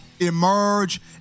emerge